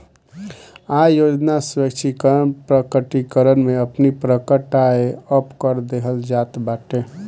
आय योजना स्वैच्छिक प्रकटीकरण में अपनी प्रकट आय पअ कर देहल जात बाटे